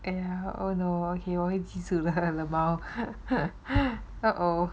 !aiyo! oh okay 我会记住 lmao oh oh